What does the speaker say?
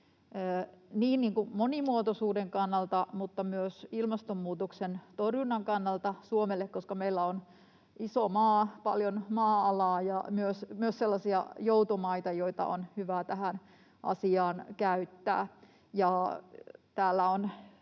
niin monimuotoisuuden kannalta kuin myös ilmastonmuutoksen torjunnan kannalta, koska meillä on iso maa, paljon maa-alaa ja myös sellaisia joutomaita, joita on hyvä tähän asiaan käyttää.